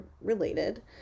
related